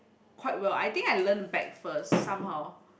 quite well I think I learn back first somehow